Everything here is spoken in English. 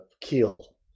Kiel